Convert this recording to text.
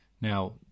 Now